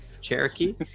cherokee